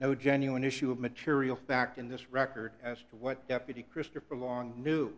no genuine issue of material fact in this record as to what deputy christopher long knew